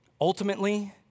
Ultimately